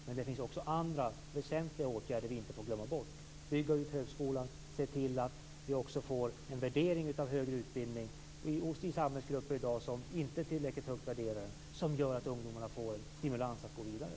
Men det finns också andra väsentliga åtgärder som vi inte får glömma bort, som att bygga ut högskolan och se till att vi får en annan värdering av högre utbildning också i samhällsgrupper som i dag inte värderar den tillräckligt högt. Det kan göra att ungdomarna får en stimulans att gå vidare.